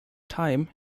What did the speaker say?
time